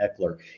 Eckler